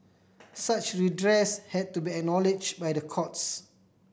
such redress had to be acknowledged by the courts